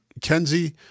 Kenzie